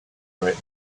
right